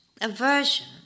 aversion